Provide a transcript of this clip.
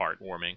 heartwarming